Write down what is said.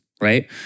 right